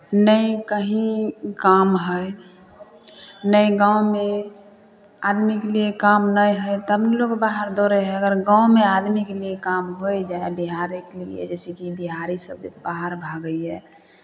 नहि कहीँ काम हइ नहि गाँवमे आदमीके लिए काम नहि हइ तब ने लोक बाहर दौड़ै हइ अगर गाँवमे आदमीके लिए काम होइ जाय बिहारेके लिए जैसेकि बिहारीसभ जे बाहर भागैए